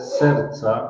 serca